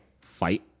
Fight